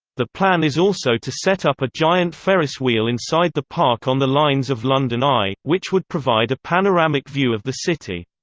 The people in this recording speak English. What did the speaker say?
the plan is also to set up a giant ferris wheel inside the park on the lines of london eye, which would provide a panoramic view of the city.